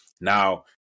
Now